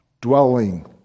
dwelling